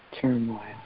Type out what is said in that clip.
turmoil